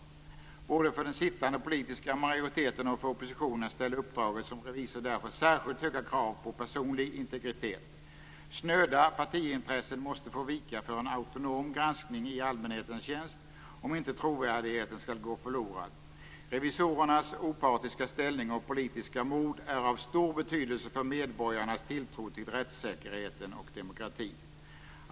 Både för den sittande politiska majoriteten och för oppositionen ställer uppdraget som revisor därför särskilt höga krav på personlig integritet. Snöda partiintressen måste få vika för en autonom granskning i allmänhetens tjänst, om inte trovärdigheten skall gå förlorad. Revisorernas opartiska ställning och politiska mod är av stor betydelse för medborgarnas tilltro till rättssäkerheten och demokrati.